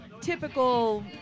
typical